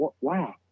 wow